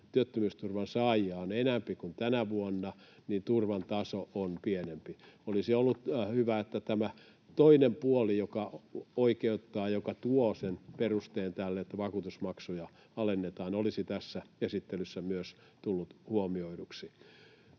työttömyysturvan saajia on enempi kuin tänä vuonna, niin turvan taso on pienempi. Olisi ollut hyvä, että myös tämä toinen puoli, joka oikeuttaa ja joka tuo sen perusteen tälle, että vakuutusmaksuja alennetaan, olisi tässä esittelyssä tullut huomioiduksi.